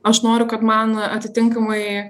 aš noriu kad man atitinkamai